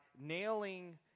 nailing